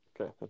Okay